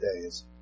days